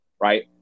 right